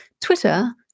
Twitter